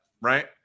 Right